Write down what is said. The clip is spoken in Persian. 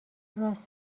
راست